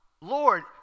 Lord